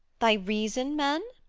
thy reason, man?